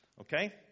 okay